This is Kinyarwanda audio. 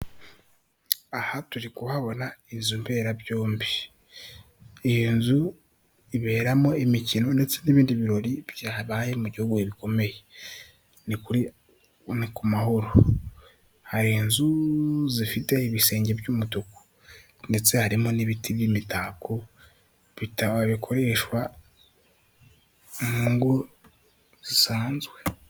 Aha turi kuhabona inzu mberabyombi, iyi nzu iberamo imikino ndetse n'ibindi birori byabaye mu gihugu bikomeye, ni ku Mahoro, hari inzu zifite ibisenge by'umutuku ndetse harimo n'ibiti by'imitako bikoreshwa mu ngo bisanzwe.